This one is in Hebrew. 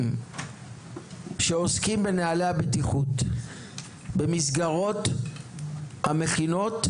שעוסקים בנהלי הבטיחות במסגרות המכינות,